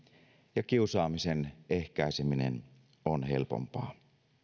ja kiusaamisen ehkäiseminen on helpompaa